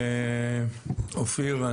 אופיר,